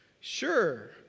Sure